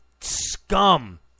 Scum